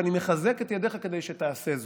ואני מחזק את ידיך כדי שתעשה זאת.